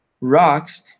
rocks